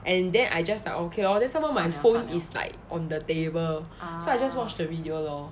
and then I just like okay lor then somemore my phone is like on the table so I just watch the video lor